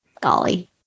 Golly